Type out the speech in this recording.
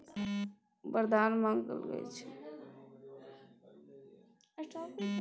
monsoon केँ भारतक खेती लेल बरदान मानल गेल छै